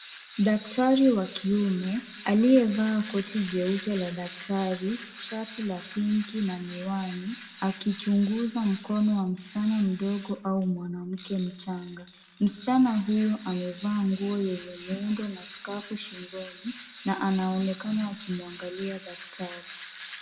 Daktari wa kiume, aliyevaa koti jeupe la daktari, shati la pinki na miwani, akichunguza mkono wa msichana mdogo au mwanamke mchanga. Msichana huyo amevaa nguo yenye muundo na skafu shingoni na anaonekana akimwangalia daktari.